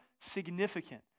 significant